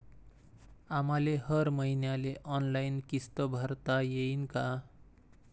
आम्हाले हर मईन्याले ऑनलाईन किस्त भरता येईन का?